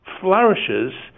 flourishes